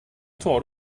tar